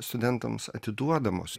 studentams atiduodamos